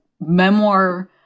memoir